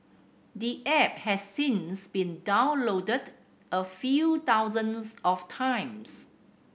the app has since been downloaded a few thousands of times